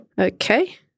Okay